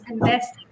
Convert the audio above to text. investing